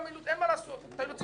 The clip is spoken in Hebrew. אותם לא אנחנו קובעים.